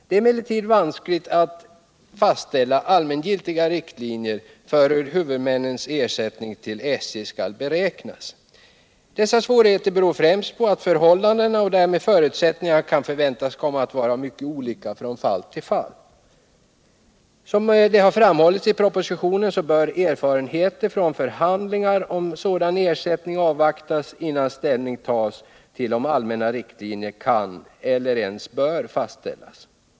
Det är emellertid vanskligt att fastlägga allmängiltiga riktlinjer för hur huvudmännens ersättning till SJ skall beräknas. Dessa svårigheter beror främst på att förhållandena och därmed förutsättningarna kan förväntas komma att vara mycket olika från fall till fall. Som framhållits i propositionen bör erfarenheterna från förhandlingar om sådan ersättning avvaktas, innan ställning tas till om allmänna riktlinjer kan eller bör fastställas.